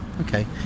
okay